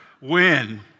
win